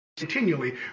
continually